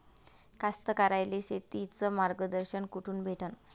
कास्तकाराइले शेतीचं मार्गदर्शन कुठून भेटन?